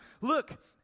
Look